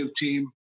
team